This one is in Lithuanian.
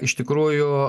iš tikrųjų